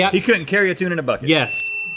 yeah he couldn't carry a tune in a bucket. yes.